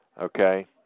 Okay